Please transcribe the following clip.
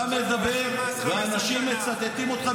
אתה מדבר ואנשים מצטטים אותך,